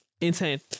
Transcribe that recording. Insane